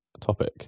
topic